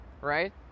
right